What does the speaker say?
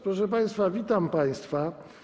Proszę państwa, witam państwa.